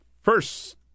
first